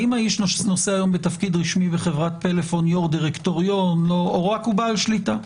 האם האיש נושא היום בתפקיד רשמי בחברת פלאפון או שהוא רק בעל שליטה?